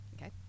Okay